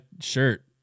shirt